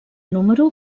número